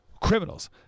criminals